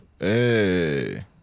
Hey